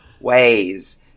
ways